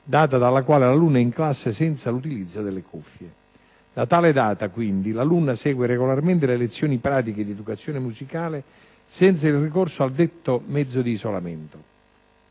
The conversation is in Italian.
data dalla quale l'alunna è in classe senza l'utilizzo delle cuffie. Da tale data, quindi, l'alunna segue regolarmente le lezioni pratiche di educazione musicale senza il ricorso al detto mezzo di isolamento.